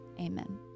Amen